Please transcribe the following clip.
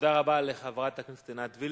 תודה רבה לחברת הכנסת עינת וילף.